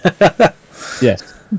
Yes